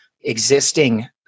existing